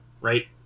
right